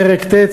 פרק ט',